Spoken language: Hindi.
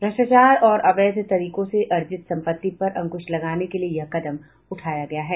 भ्रष्टाचार और अवैध तरीकों से अर्जित संपत्ति पर अंकुश लगाने के लिए यह कदम उठाया गया है